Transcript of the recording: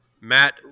Matt